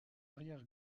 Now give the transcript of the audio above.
arrière